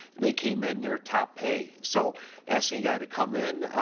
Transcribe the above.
and they came in near top pay. so asking a guy to come in,